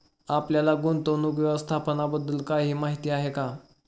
आपल्याला गुंतवणूक व्यवस्थापनाबद्दल काही माहिती आहे का?